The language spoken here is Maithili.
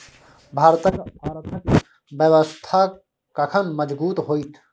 भारतक आर्थिक व्यवस्था कखन मजगूत होइत?